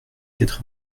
quatre